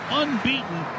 unbeaten